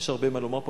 יש הרבה מה לומר פה.